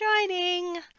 joining